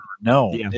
No